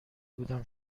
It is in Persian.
بودم